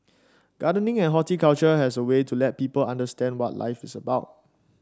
gardening and horticulture has a way to let people understand what life is about